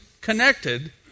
connected